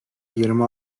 yirmi